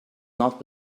not